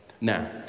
Now